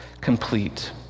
complete